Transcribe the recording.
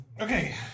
Okay